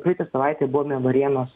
praeitą savaitę buvome varėnos